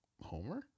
Homer